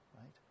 Right